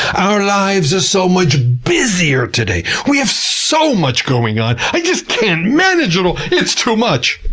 our lives are so much busier today. we have so much going on. i just can't manage it all. it's too much.